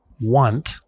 want